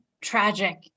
tragic